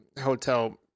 hotel